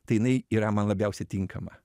tai jinai yra man labiausiai tinkama